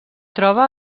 troba